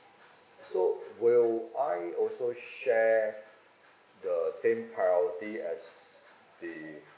so will I also share the same priority as the